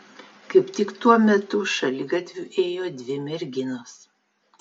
kaip tik tuo metu šaligatviu ėjo dvi merginos